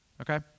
okay